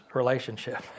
relationship